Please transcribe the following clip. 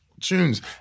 tunes